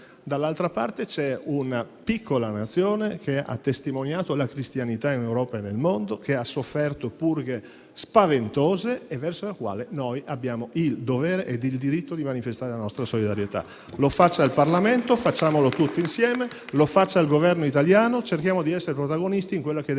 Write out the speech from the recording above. dall'altra parte c'è una piccola Nazione che ha testimoniato la cristianità in Europa e nel mondo e ha sofferto purghe spaventose, verso la quale abbiamo il dovere e il diritto di manifestare la nostra solidarietà. Lo faccia il Parlamento, facciamolo tutti insieme e lo faccia il Governo italiano. Cerchiamo di essere protagonisti in quella che deve diventare